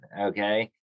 okay